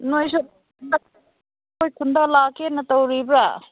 ꯅꯣꯏꯁꯨ ꯅꯣꯏ ꯈꯨꯟꯗ ꯂꯥꯛꯀꯦꯅ ꯇꯧꯔꯤꯕ꯭ꯔꯥ